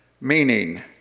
meaning